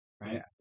right